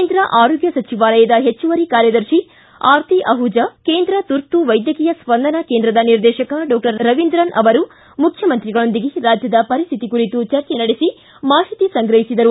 ಕೇಂದ್ರ ಆರೋಗ್ಣ ಸಚಿವಾಲಯದ ಹೆಚ್ಚುವರಿ ಕಾರ್ಯದರ್ಶಿ ಆರತಿ ಅಹುಜಾ ಕೇಂದ್ರ ತುರ್ತು ವೈದ್ಯಕೀಯ ಸ್ಲಂದನಾ ಕೇಂದ್ರದ ನಿರ್ದೇಶಕ ಡಾಕ್ಷರ್ ರವೀಂದ್ರನ್ ಅವರು ಮುಖ್ಯಮಂತ್ರಿಗಳೊಂದಿಗೆ ರಾಜ್ಯದ ಪರಿಸ್ಲಿತಿ ಕುರಿತು ಚರ್ಚೆ ನಡೆಸಿ ಮಾಹಿತಿ ಸಂಗ್ರಹಿಸಿದರು